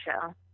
show